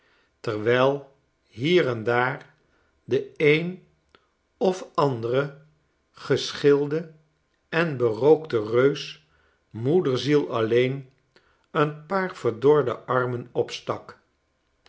terwijl hier en daar de een of andere geschilde en berookte reus moederziel alleen een paar verdorde armen opstak